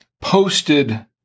posted